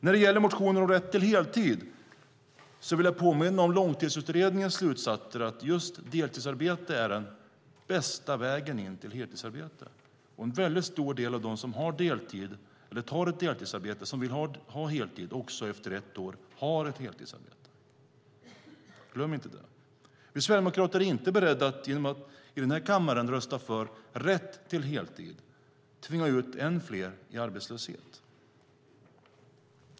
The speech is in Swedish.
När det gäller motionen om rätt till heltid vill jag påminna om Långtidsutredningens slutsatser att deltidsarbete är den bästa vägen in till heltidsarbete. Det är en väldigt stor del av dem som har deltid eller tar ett deltidsarbete och som vill ha heltid som också har ett heltidsarbete efter ett år. Glöm inte det! Vi sverigedemokrater är inte beredda att genom att i den här kammaren rösta för rätt till heltid tvinga ut ännu fler i arbetslöshet.